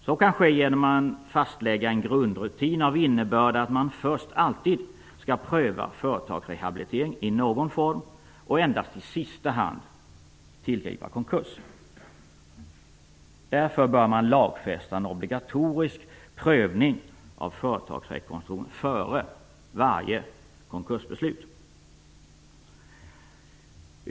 Så kan ske genom att man fastlägger en grundrutin av innebörd att man först alltid skall pröva företagsrehabilitering i någon form och endast i sista hand tillgripa konkurs. Därför bör man lagfästa en obligatorisk prövning av företagsrekonstruktion före varje konkursbeslut.